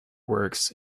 works